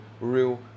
real